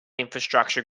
infrastructure